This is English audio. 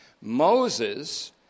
Moses